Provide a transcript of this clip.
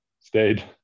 stayed